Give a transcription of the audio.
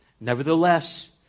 Nevertheless